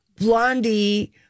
Blondie